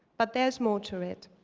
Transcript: but there's more to it.